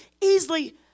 easily